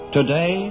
Today